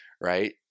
right